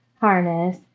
harness